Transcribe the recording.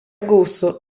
gausu